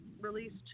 released